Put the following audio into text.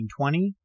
1920